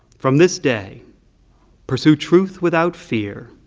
from this day pursue truth without fear,